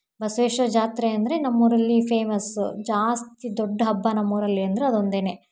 ಬಸ್ವೇಶ್ವರ ಜಾತ್ರೆ ಅಂದರೆ ನಮ್ಮ ಊರಲ್ಲಿ ಫೇಮಸ್ಸು ಜಾಸ್ತಿ ದೊಡ್ಡ ಹಬ್ಬ ನಮ್ಮ ಊರಲ್ಲಿ ಅಂದರೆ ಅದೊಂದೇ